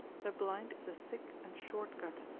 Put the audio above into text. the blind is a thick and short gut,